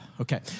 Okay